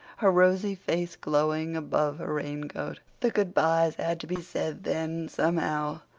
her rosy face glowing above her raincoat. the good-byes had to be said then somehow.